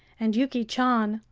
and yuki chan,